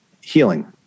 healing